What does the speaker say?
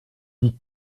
dis